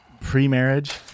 Pre-marriage